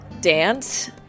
dance